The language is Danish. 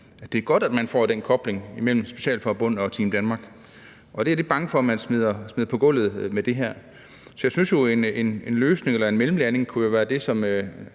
jo, det er godt, at man får den kobling mellem specialforbundene og Team Danmark. Jeg er lidt bange for, at man smider på gulvet med det her. Jeg synes jo, at en løsning eller en mellemlanding kunne være det,